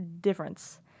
difference